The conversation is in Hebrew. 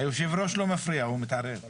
היושב-ראש לא מפריע, הוא מתערב.